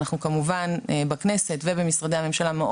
כמובן שאנחנו כאן בכנסת ובמשרדי הממשלה,